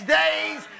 days